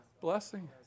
Blessing